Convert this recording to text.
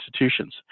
institutions